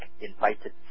Invited